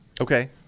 Okay